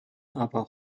aber